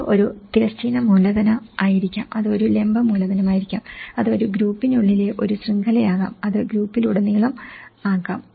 അത് ഒരു തിരശ്ചീന മൂലധനമായിരിക്കാം അത് ഒരു ലംബ മൂലധനമായിരിക്കാം അത് ഒരു ഗ്രൂപ്പിനുള്ളിലെ ഒരു ശൃംഖലയാകാം അത് ഗ്രൂപ്പുകളിലുടനീളം ആകാം